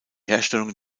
herstellung